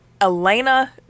Elena